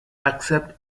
accepte